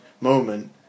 moment